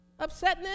Upsetness